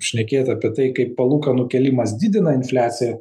šnekėt apie tai kaip palūkanų kėlimas didina infliaciją